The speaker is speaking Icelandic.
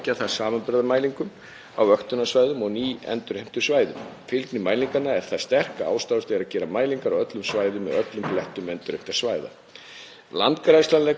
Landgræðslan leggur áherslu á forskoðun svæða sem til stendur að endurheimta og að sú forskoðun taki til allra árstíma til að gera sér grein fyrir því hvernig vatn dreifist á svæðinu á mismunandi árstímum.